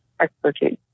expertise